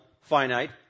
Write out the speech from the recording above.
finite